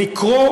לקרוא,